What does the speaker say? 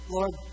Lord